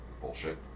Bullshit